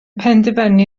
penderfynu